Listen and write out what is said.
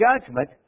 judgment